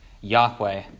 Yahweh